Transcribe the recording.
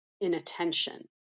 inattention